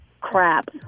crap